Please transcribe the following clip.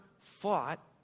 fought